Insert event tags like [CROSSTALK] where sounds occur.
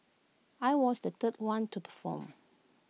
I was the third one to perform [NOISE]